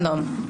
שלום,